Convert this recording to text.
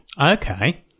Okay